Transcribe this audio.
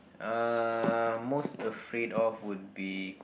uh most afraid of would be